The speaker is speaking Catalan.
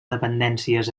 dependències